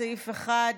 סעיף 1 נתקבל.